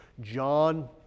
John